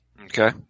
Okay